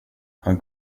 han